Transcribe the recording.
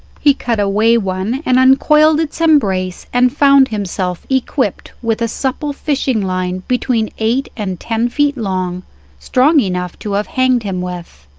he cut away one and uncoiled its embrace, and found himself equipped with a supple fishing-line between eight and ten feet long strong enough to have hanged him with.